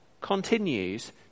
continues